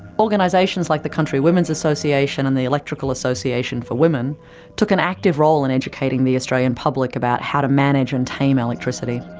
organisations like the county women's association and the electrical association for women took an active role in educating the australian public about how to manage and tame electricity.